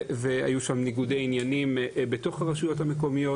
היו שם ניגודי עניינים בתוך הרשויות המקומיות.